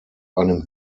einem